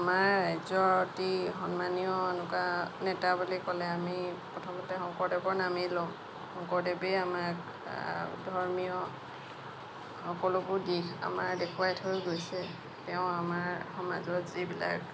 আমাৰ ৰাজ্যৰ অতি সন্মানীয় এনেকুৱা নেতা বুলি ক'লে আমি প্ৰথমতে শংকৰদেৱৰ নামেই লওঁ শংকৰদেৱেই আমাক ধৰ্মীয় সকলোবোৰ দিশ আমাৰ দেখুৱাই থৈ গৈছে তেওঁ আমাৰ সমাজত যিবিলাক